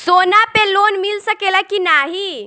सोना पे लोन मिल सकेला की नाहीं?